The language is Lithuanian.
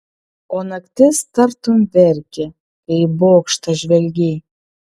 o naktis tartum verkė kai į bokštą žvelgei